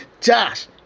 Josh